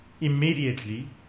immediately